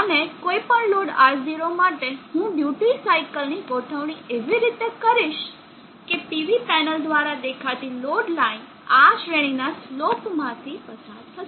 અને કોઈપણ load R0 માટે હું ડ્યુટી સાઇકલ ની ગોઠવણી એવી રીતે કરીશ કે PV પેનલ દ્વારા દેખાતી લોડ લાઇન આ શ્રેણીના સ્લોપ માંથી પસાર થશે